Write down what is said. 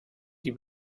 die